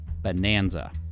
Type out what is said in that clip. bonanza